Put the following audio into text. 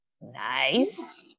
nice